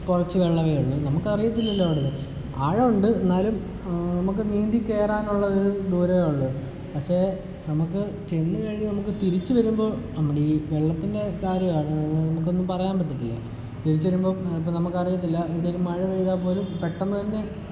കുറച്ച് വെള്ളമേയൊള്ളു നമുക്കറിയത്തില്ലല്ലോ അവിടുത്തെ ആഴം ഉണ്ട് എന്നാലും നമുക്ക് നീന്തി കേറാനുള്ള ഒരു ദൂരമേ ഉള്ളു പക്ഷെ നമുക്ക് ചെന്ന് കഴിയുമ്പോൾ നമുക്ക് തിരിച്ച് വരുമ്പോ നമ്മുടെ ഈ വെള്ളത്തിൻ്റെ കാര്യമാണു നമുക്കൊന്നും പറയാൻ പറ്റത്തില്ല തിരിച്ച് വരുമ്പോൾ ഇപ്പം നമുക്കറിയത്തില്ല എന്തേലും മഴ പെയ്തപ്പോലും പെട്ടന്ന് തന്നെ